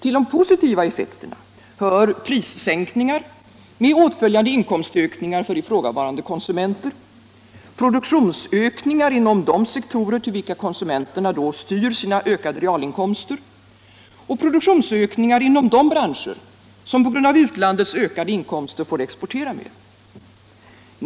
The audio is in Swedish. Till de positiva effekterna hör prissänkningar med åtföljande inkomstökningar för ifrågavarande konsumenter, produktionsökningar inom de sektorer till vilka konsumenterna då styr sina ökade realinkomster och produktionsökningar inom de branscher som på grund av utlandets ökade inkomster får exportera mer.